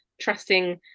trusting